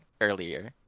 earlier